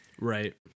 right